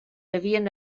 devien